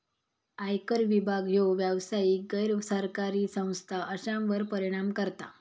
आयकर विभाग ह्यो व्यावसायिक, गैर सरकारी संस्था अश्यांवर परिणाम करता